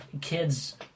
kids